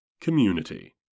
Community